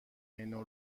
منو